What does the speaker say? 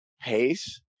pace